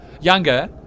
Younger